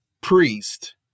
priest